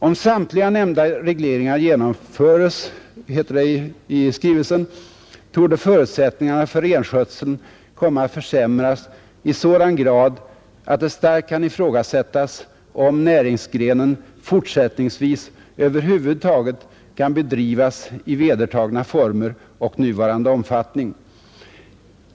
Om samtliga nämnda regleringar genomföres, torde förutsättningarna för renskötseln komma att försämras i sådan grad att det starkt kan ifrågasättas om näringsgrenen fortsättningsvis överhuvud kan bedrivas i vedertagna former och nuvarande omfattning.